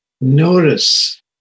notice